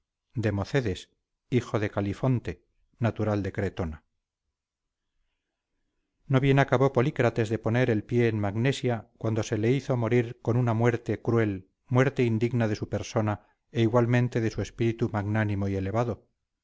conocía democedes hijo de califonte natural de cretona no bien acabó polícrates de poner el pie en magnesia cuando se le hizo morir con una muerte cruel muerte indigna de su persona e igualmente de su espíritu magnánimo y elevado